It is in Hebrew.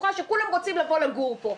בטוחה שכולם רוצים לבוא לגור פה,